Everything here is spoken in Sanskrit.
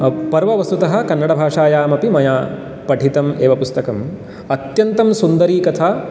पर्व वस्तुतः कन्नडभाषायामपि मया पठितम् एव पुस्तकम् अत्यन्तं सुन्दरी कथा